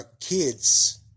kids